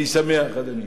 אני שמח, אדוני.